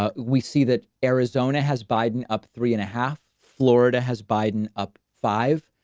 ah we see that arizona has biden up three and a half. florida has biden up five.